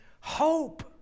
hope